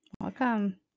Welcome